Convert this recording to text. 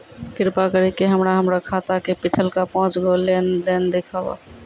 कृपा करि के हमरा हमरो खाता के पिछलका पांच गो लेन देन देखाबो